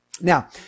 Now